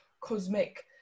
cosmic